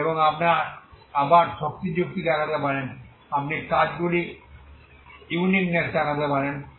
এবং আবার শক্তি যুক্তি দেখাতে পারেন আপনি কাজগুলি উনিকনেস দেখাতে পারেন